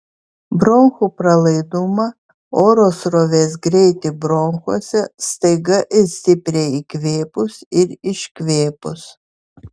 bronchų pralaidumą oro srovės greitį bronchuose staiga ir stipriai įkvėpus ir iškvėpus